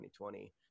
2020